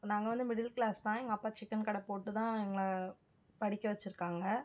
நாங்கள் வந்து middle class தான் எங்கள் அப்பா சிக்கன் கடைப்போட்டு தான் எங்களை படிக்க வச்சுருக்காங்க